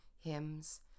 hymns